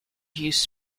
used